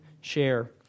share